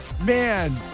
man